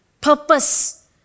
purpose